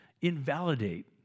invalidate